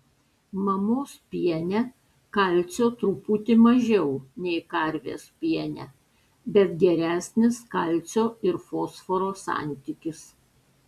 mamos piene kalcio truputį mažiau nei karvės piene bet geresnis kalcio ir fosforo santykis